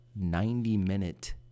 90-minute